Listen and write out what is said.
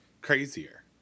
crazier